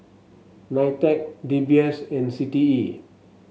Nitec D B S and C T E